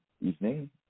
evening